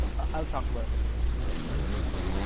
i'll talk about it little little bit later. all right.